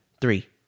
Three